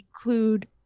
include